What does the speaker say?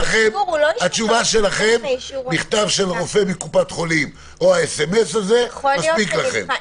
התשובה שלכם: מכתב של הרופא מקופת חולים או הסמ"ס הזה מספיק לכם.